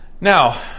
Now